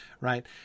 Right